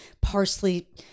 parsley